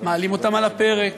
מעלים אותם על הפרק,